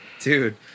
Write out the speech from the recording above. Dude